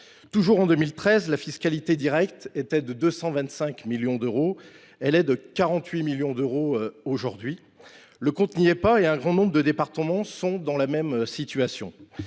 Toujours en 2013, les recettes de fiscalité directe étaient de 225 millions d’euros ; elles sont de 48 millions aujourd’hui. Le compte n’y est pas, et un grand nombre de départements est dans la même situation.